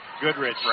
Goodrich